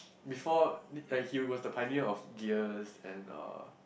before like he was the pioneer of gears and uh